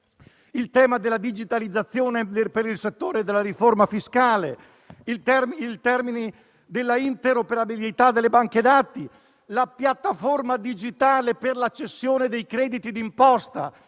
il tema della digitalizzazione nel settore della riforma fiscale; i termini di interoperabilità delle banche dati; la piattaforma digitale per la cessione dei crediti d'imposta,